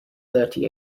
thirty